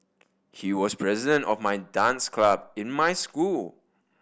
he was president of my dance club in my school